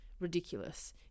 ridiculous